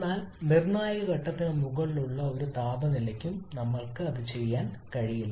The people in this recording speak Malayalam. എന്നാൽ നിർണായക ഘട്ടത്തിന് മുകളിലുള്ള ഒരു താപനില നിലയ്ക്കും നമ്മൾക്ക് അത് ചെയ്യാൻ കഴിയില്ല